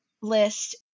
list